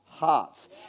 hearts